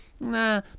nah